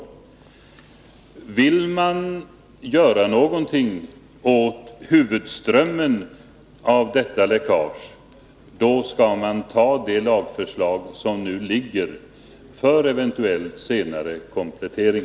Vill man göra någonting åt huvudströmmen av detta läckage, då skall man anta det lagförslag som nu föreligger, för eventuell senare komplettering.